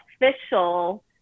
official